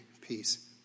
peace